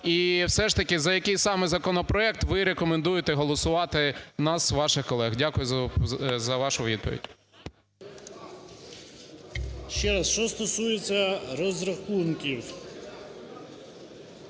і все ж таки, за який саме законопроект ви рекомендуєте голосувати нас, ваших колег. Дякую за вашу відповідь. 17:04:49 ДЗЮБЛИК П.В. Ще раз, що стосується розрахунків.